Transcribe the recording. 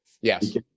Yes